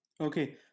Okay